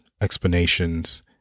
explanations